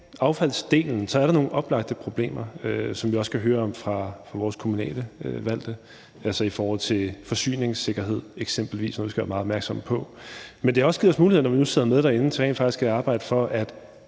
affaldsdelen, er der nogle oplagte problemer, som vi også hører fra vores kommunalt valgte, f.eks. i forhold til forsyningssikkerhed. Det er noget, vi skal være meget opmærksomme på. Men det har jo også givet os mulighed for, når nu vi sidder med derinde, at rent faktisk arbejde for at